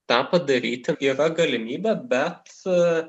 tą padaryti yra galimybė bet